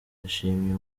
yashimye